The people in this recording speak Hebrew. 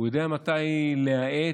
הוא יודע מתי להאט,